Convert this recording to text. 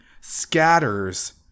scatters